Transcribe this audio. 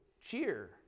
cheer